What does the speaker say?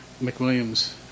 McWilliams